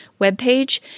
webpage